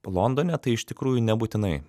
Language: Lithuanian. londone tai iš tikrųjų nebūtinai